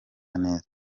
neza